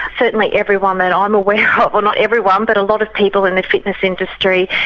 certainly everyone that i'm aware of well not everyone, but a lot of people in the fitness industry,